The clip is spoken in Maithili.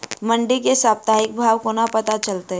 मंडी केँ साप्ताहिक भाव कोना पत्ता चलतै?